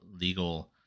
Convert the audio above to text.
legal